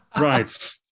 Right